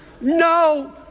No